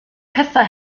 pethau